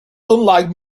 unlike